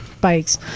bikes